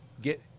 get